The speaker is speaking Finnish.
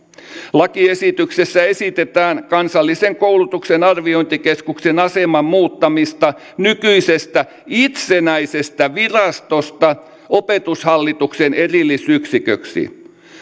lakiesityksessä esitetään kansallisen koulutuksen arviointikeskuksen aseman muuttamista nykyisestä itsenäisestä virastosta opetushallituksen erillisyksiköksi